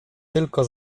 tylko